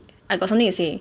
I got something to say